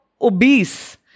obese